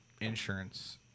insurance